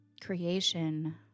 Creation